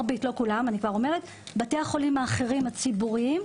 מרבית בתי החולים האחרים הציבוריים,